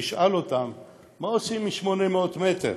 תשאל אותם מה עושים עם 800 מטר,